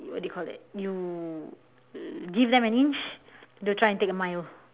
what do you call that you give them an inch they'll try and take a mile